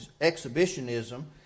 exhibitionism